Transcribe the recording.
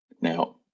now